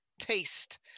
taste